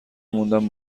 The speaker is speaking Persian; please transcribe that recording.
موندم